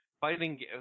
fighting